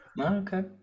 okay